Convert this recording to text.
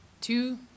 Two